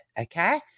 Okay